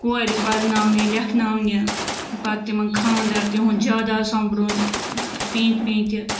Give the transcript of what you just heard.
کورِ پرناونہِ لٮ۪کھناونہِ پَتہٕ تِمن کھاندر تِہُند جاداد سۄمبرُن پیٖنتہِ پیٖنتہِ